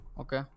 Okay